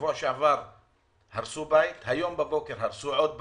בשבוע שעבר הרסו בית, היום בבוקר הרסו עוד בית.